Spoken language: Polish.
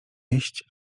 jeść